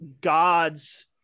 God's